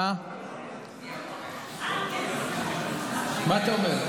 מה אתה אומר?